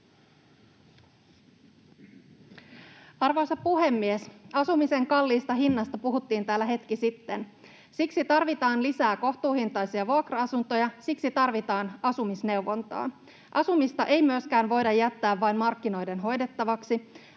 Arvoisa puhemies! Asumisen kalliista hinnasta puhuttiin täällä hetki sitten. Siksi tarvitaan lisää kohtuuhintaisia vuokra-asuntoja, siksi tarvitaan asumisneuvontaa. Asumista ei myöskään voida jättää vain markkinoiden hoidettavaksi.